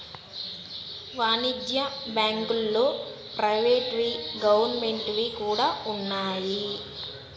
వాణిజ్య బ్యాంకుల్లో ప్రైవేట్ వి గవర్నమెంట్ వి కూడా ఉన్నాయి